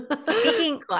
Speaking